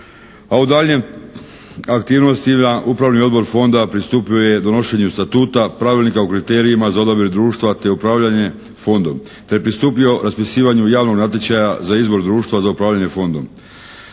u daljnjim aktivnostima Upravni odbor Fonda pristupio je donošenju statuta, Pravilnika o kriterijima za odabir društva, te upravljanje Fondom te pristupilo raspisivanju javnog natječaja za izbor društva za upravljanje Fondom.